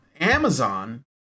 Amazon